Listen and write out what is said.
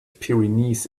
pyrenees